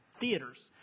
theaters